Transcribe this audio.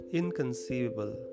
inconceivable